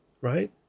right